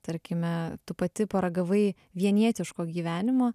tarkime tu pati paragavai vienietiško gyvenimo